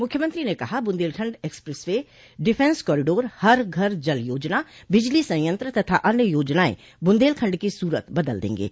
मुख्यमंत्री ने कहा कि Bundelkhand expressway defence corridor हर घर जल योजना बिजली संयंत्र तथा अन्य योजनायें बुंदेलखंड की सूरत बदल देंगे